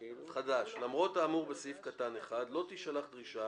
"למרות האמור בסעיף (1) לא תישלח דרישה